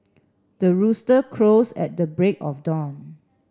the rooster crows at the break of dawn